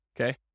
okay